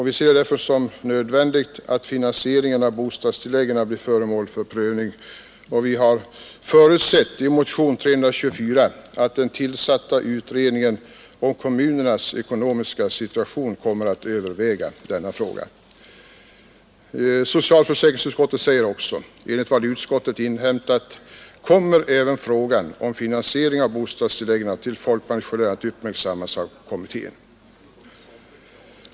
Vi ser det därför som nödvändigt att finansieringen av bostadstilläggen blir föremål för prövning, och vi har förutsatt — i motionen 324 — att den tillsatta utredningen om kommunernas ekonomiska situation kommer att överväga denna fråga. Socialförsäkringsutskottet skriver också: ”Enligt vad utskottet inhämtat kommer även frågan om finansieringen av bostadstilläggen till folkpensionärer att uppmärksammas av kommittén.